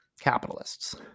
capitalists